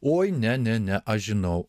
oi ne ne ne aš žinau